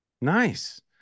Nice